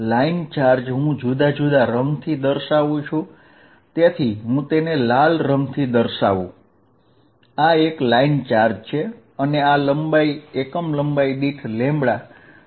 line charge હું જુદા જુદા રંગથી દર્શાવું છું તેથી હું તેને લાલ રંગથી દર્શાવું આ એક લાઇન ચાર્જ છે અને આ લંબાઈ એકમ લંબાઈ દીઠ લેમ્બડા થશે